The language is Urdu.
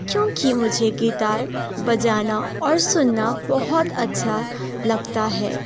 کیونکہ مجھے گیٹار بجانا اور سننا بہت اچھا لگتا ہے